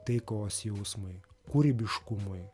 taikos jausmui kūrybiškumui